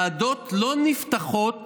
ישיבות ועדות לא נפתחות